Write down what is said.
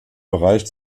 bereich